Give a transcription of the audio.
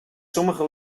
sommige